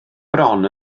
bron